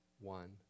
one